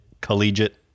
collegiate